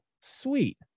sweet